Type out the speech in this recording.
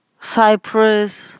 Cyprus